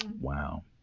Wow